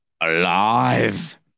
alive